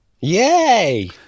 Yay